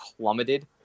plummeted